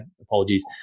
apologies